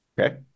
Okay